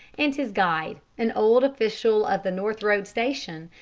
and his guide, an old official of the north road station,